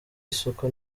isoko